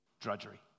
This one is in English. drudgery